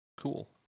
Cool